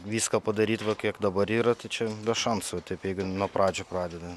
viską padaryt va kiek dabar yra tai čia be šansų taip jeigu nuo pradžių pradedan